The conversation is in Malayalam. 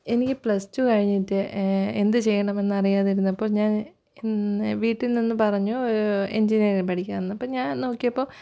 എനിക്ക് പ്ലസ് റ്റു കഴിഞ്ഞിട്ട് എന്ത് ചെയ്യണമെന്ന് അറിയാതിരുന്നപ്പോള് ഞാൻ ഇന്ന് വീട്ടിൽ നിന്ന് പറഞ്ഞു എഞ്ചിനീയറിംഗ് പഠിക്കാമെന്ന് അപ്പോള് ഞാൻ നോക്കിയപ്പോള്